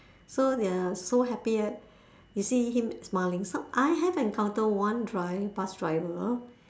so they're so happy you see him smiling so I have encounter one dri~ bus driver